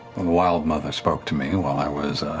and wildmother spoke to me while i was